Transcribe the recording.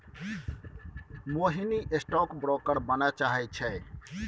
मोहिनी stockbroker बनय चाहै छै